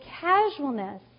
casualness